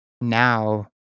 now